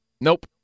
nope